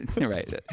Right